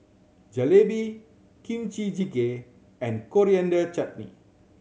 Jalebi Kimchi Jjigae and Coriander Chutney